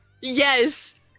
Yes